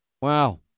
Wow